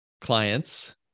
clients